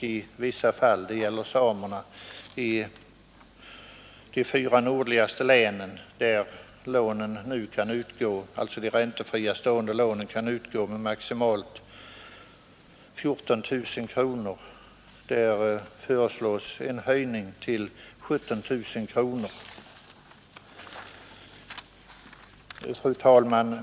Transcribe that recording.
I vissa fall — det gäller samerna i de fyra nordligaste länen — kan ett sådant här räntefritt stående lån för närvarande utgå med 14 000 kronor, och där föreslår vi en höjning till 17 000 kronor. Fru talman!